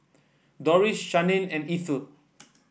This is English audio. Doris Shannen and Ethel